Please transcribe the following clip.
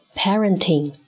parenting 。